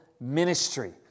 ministry